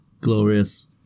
glorious